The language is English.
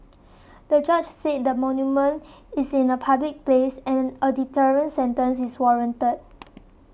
the judge said the monument is in a public place and a deterrent sentence is warranted